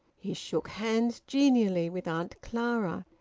he shook hands genially with auntie clara,